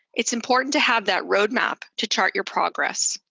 it's important to have that roadmap to chart your progress.